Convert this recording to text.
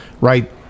right